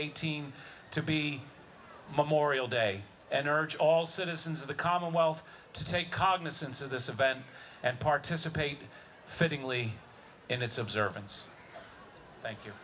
eighteen to be memorial day and urge all citizens of the commonwealth to take cognizance of this event and participate fittingly in its observance thank you